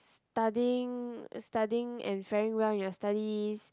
studying studying and faring well in your studies